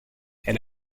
elle